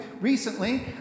recently